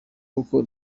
koko